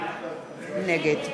נגד